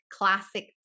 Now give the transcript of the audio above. classic